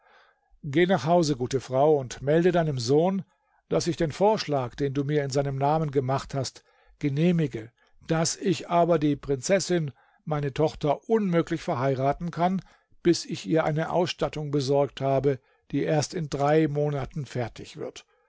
geh nach hause gute frau und melde deinem sohn daß ich den vorschlag den du mir in seinem namen gemacht hast genehmige daß ich aber die prinzessin meine tochter unmöglich verheiraten kann bis ich ihr eine ausstattung besorgt habe die erst in drei monaten fertig wird